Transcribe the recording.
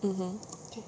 mmhmm